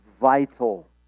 vital